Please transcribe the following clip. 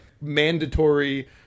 mandatory